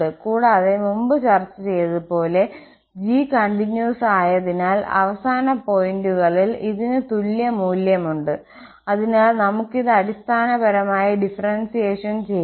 കൂടാതെ മുമ്പ് ചർച്ച ചെയ്തതുപോലെ g കണ്ടിന്വസ് ആയതിനാൽ അവസാന പോയിന്റുകളിൽ ഇതിന് തുല്യ മൂല്യമുണ്ട് അതിനാൽ നമുക്ക് ഇത് അടിസ്ഥാനപരമായി ഡിഫറെൻസിയേഷൻ ചെയ്യാം